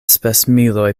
spesmiloj